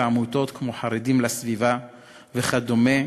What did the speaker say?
בעמותות כמו "חרדים לסביבה" וכדומה,